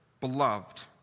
beloved